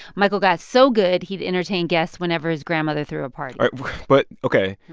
michael got so good he'd entertain guests whenever his grandmother threw a party but ok.